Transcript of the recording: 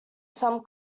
some